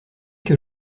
que